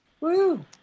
Woo